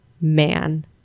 man